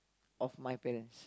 of my parents